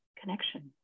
connection